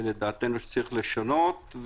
לדעתנו, שצריך לשנות.